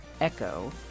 Echo